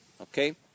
Okay